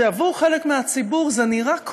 שעבור חלק מהציבור זה נראה,